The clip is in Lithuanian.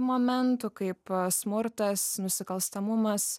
momentų kaip smurtas nusikalstamumas